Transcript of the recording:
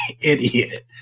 idiot